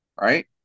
right